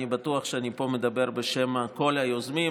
אני בטוח שאני מדבר פה בשם כל היוזמים,